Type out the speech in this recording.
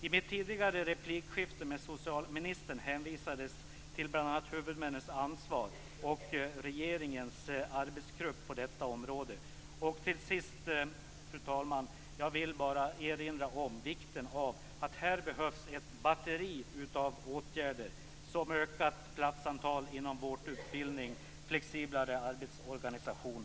I mitt tidigare replikskifte med socialministern hänvisades det bl.a. till huvudmännens ansvar och regeringens arbetsgrupp på detta område. Till sist, fru talman, vill jag bara erinra om att det behövs ett batteri av åtgärder, t.ex. ökat platsantal inom vårdutbildningen och en flexiblare arbetsorganisation.